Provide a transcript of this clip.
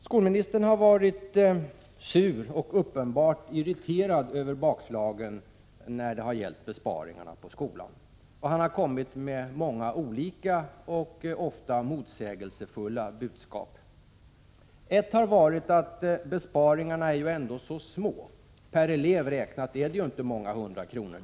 Skolministern har varit sur och uppenbart irriterad över bakslagen när det har gällt besparingarna på skolans område. Han har kommit med många olika och ofta motsägelsefulla budskap. Ett har varit att besparingarna är så små och att det per elev räknat inte är fråga om så många hundra kronor.